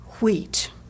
wheat